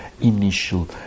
initial